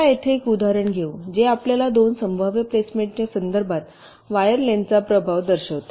चला येथे एक उदाहरण घेऊ जे आपल्याला 2 संभाव्य प्लेसमेंटच्या संदर्भात वायर लेन्थचा प्रभाव दर्शविते